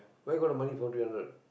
where got the money four three hundred